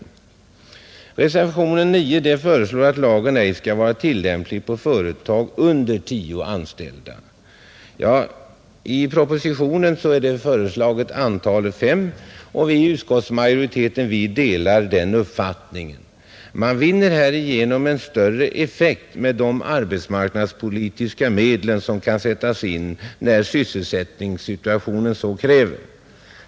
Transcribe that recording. I reservationen 9 föreslås att lagen ej skall vara tillämplig på företag med under tio anställda, I propositionen föreslås att antalet här skall vara fem, och vi i utskottsmajoriteten delar den uppfattningen. Man vinner härigenom en större effekt med de arbetsmarknadspolitiska medel som kan sättas in när sysselsättningssituationen så kräver.